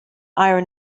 iron